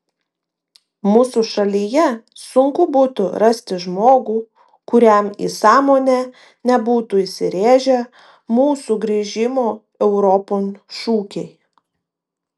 mūsų šalyje sunku būtų rasti žmogų kuriam į sąmonę nebūtų įsirėžę mūsų grįžimo europon šūkiai